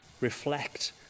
reflect